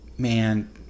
Man